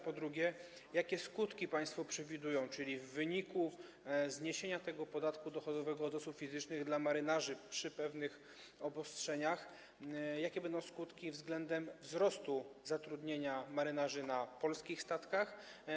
Po drugie, jakie skutki państwo przewidują, jeżeli chodzi o zniesienie tego podatku dochodowego od osób fizycznych dla marynarzy przy pewnych obostrzeniach, względem wzrostu zatrudnienia marynarzy na polskich statkach?